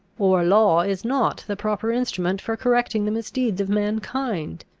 or law is not the proper instrument for correcting the misdeeds of mankind.